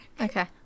Okay